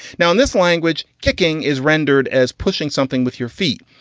now in this language, kicking is rendered as pushing something with your feet.